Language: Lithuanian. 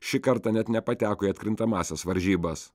šį kartą net nepateko į atkrintamąsias varžybas